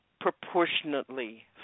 proportionately